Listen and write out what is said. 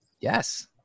Yes